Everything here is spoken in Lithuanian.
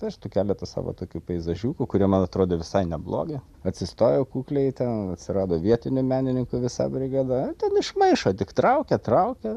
aš tų keletą savo tokių peizažiukų kurie man atrodė visai neblogi atsistojau kukliai ten atsirado vietinių menininkų visa brigada ten iš maišo tik traukia traukia